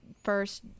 first